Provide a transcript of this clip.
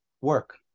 work